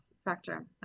spectrum